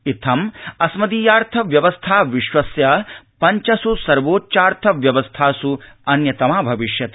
इत्थम् अस्मदीयार्थव्यवस्था विश्वस्य पञ्चस् सर्वोच्चार्थ व्यवस्थास् अन्यतमा भविष्यति